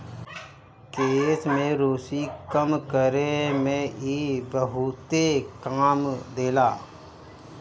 केश में रुसी कम करे में इ बहुते काम देला